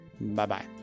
Bye-bye